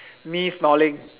me smiling